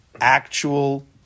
actual